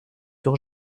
sur